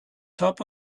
top